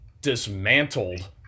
dismantled